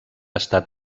estat